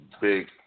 big